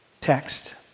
text